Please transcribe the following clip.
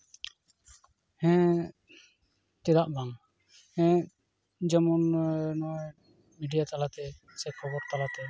ᱦᱮᱸ ᱪᱮᱫᱟᱜ ᱵᱟᱝ ᱦᱮᱸ ᱡᱮᱢᱚᱱ ᱱᱚᱜᱼᱚᱭ ᱵᱷᱤᱰᱤᱭᱳ ᱛᱟᱞᱟᱛᱮ ᱥᱮ ᱠᱷᱚᱵᱚᱨ ᱛᱟᱞᱟᱛᱮ